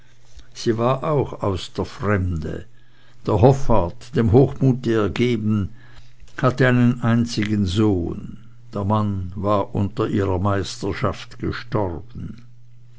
sie war auch aus der fremde der hoffart dem hochmute ergeben und hatte einen einzigen sohn der mann war unter ihrer meisterschaft gestorben